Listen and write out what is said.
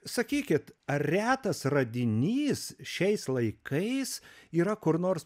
sakykit ar retas radinys šiais laikais yra kur nors